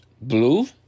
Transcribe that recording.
blue